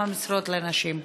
3. כמה משרות לנשים?